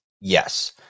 Yes